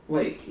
Wait